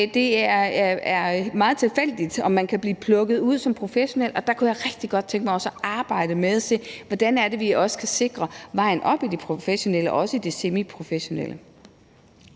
Det er meget tilfældigt, om man kan blive plukket ud som professionel, og der kunne jeg rigtig godt tænke mig også at arbejde med, hvordan vi kan sikre vejen op i de professionelles og også de semiprofessionelles